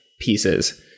pieces